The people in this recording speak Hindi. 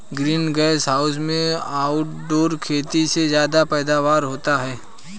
ग्रीन गैस हाउस में आउटडोर खेती से ज्यादा पैदावार होता है